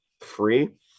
free